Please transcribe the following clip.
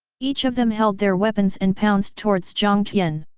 each of them held their weapons and pounced towards jiang tian.